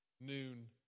noon